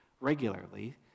regularly